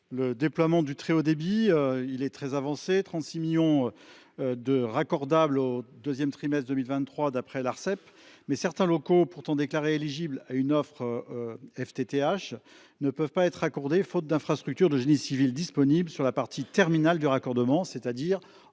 au déploiement du très haut débit, qui est très avancé, puisque 36 millions de foyers étaient raccordables au deuxième trimestre 2023, d’après l’Arcep. Toutefois, certains locaux, pourtant déclarés éligibles à une offre (FttH), ne peuvent pas être raccordés, faute d’infrastructures de génie civil disponibles sur la partie terminale du raccordement, c’est à dire en domaine